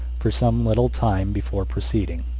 for some little time, before proceeding.